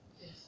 yes